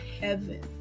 heaven